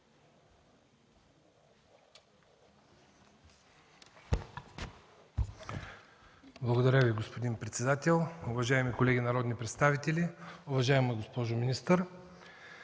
Благодаря, господин председател. Уважаеми колеги народни представители, уважаема госпожо министър!